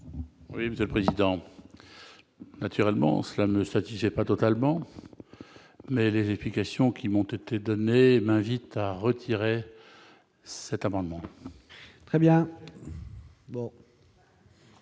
Oui, Monsieur le Président, naturellement, cela ne me satisfait pas totalement mais les explications qui m'ont été donnés l'invite à retirer cet amendement. Très bien.